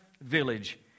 village